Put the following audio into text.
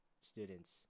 students